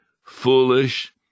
foolish